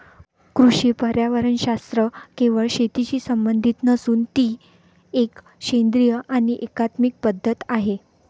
कृषी पर्यावरणशास्त्र केवळ शेतीशी संबंधित नसून ती एक सेंद्रिय आणि एकात्मिक पद्धत आहे